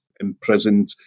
imprisoned